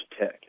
Tech